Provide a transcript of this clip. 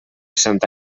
santa